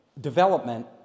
development